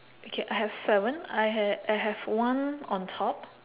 okay I have seven I ha~ I have one on top